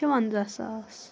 شُونٛزاہ ساس